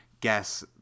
guess